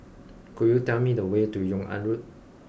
could you tell me the way to Yung An Road